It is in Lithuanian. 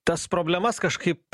tas problemas kažkaip